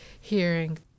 hearing